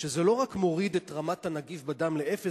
שזה לא רק מוריד את רמת הנגיף בדם לאפס,